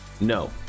no